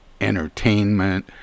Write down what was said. entertainment